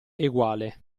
eguale